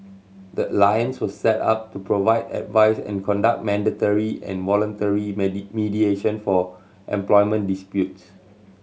the alliance was set up to provide advice and conduct mandatory and voluntary mediation for employment disputes